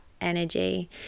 energy